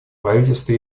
правительство